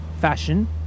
fashion